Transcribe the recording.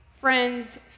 Friends